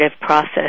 process